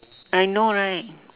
I know right